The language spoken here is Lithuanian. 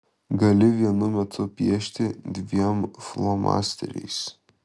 gali vienu metu piešti dviem flomasteriais